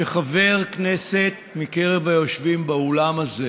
שחבר כנסת מקרב היושבים באולם הזה